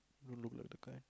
don't look like that kind